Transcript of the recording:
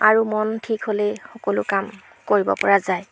আৰু মন ঠিক হ'লেই সকলো কাম কৰিব পৰা যায়